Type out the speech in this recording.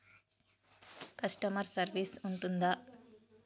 Customer service ఉంటుందా?